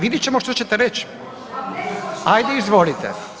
Vidit ćemo što ćete reći. ... [[Upadica se ne čuje.]] Ajde, izvolite.